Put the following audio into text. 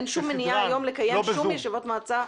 אין שום מניעה היום לקיים שום ישיבות מועצה,